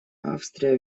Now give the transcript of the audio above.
австрия